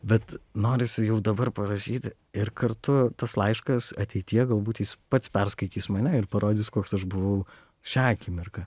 bet norisi jau dabar parašyti ir kartu tas laiškas ateityje galbūt jis pats perskaitys mane ir parodys koks aš buvau šią akimirką